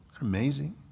Amazing